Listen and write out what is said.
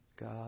God